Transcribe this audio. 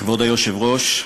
כבוד היושב-ראש,